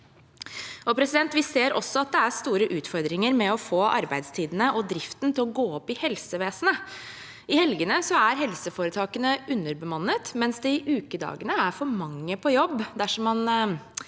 Vi ser også at det er store utfordringer med å få arbeidstidene og driften til å gå opp i helsevesenet. I helgene er helseforetakene underbemannet, mens det i ukedagene rett og slett er for mange